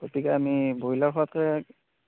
গতিকে আমি ব্ৰইলাৰ খোৱাতকৈ